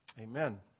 Amen